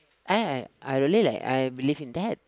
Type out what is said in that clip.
I have I really like I believe in that